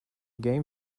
game